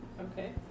Okay